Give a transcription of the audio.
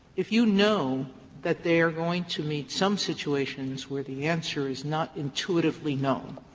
if you know that they are going to meet some situations where the answer is not intuitively known,